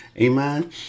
amen